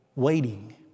waiting